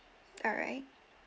alright